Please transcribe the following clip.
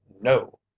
No